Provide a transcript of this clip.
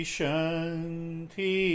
Shanti